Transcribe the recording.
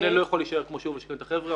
המבנה לא יכול להישאר כמו שהוא ולשכן את החבר'ה.